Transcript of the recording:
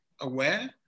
aware